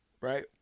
Right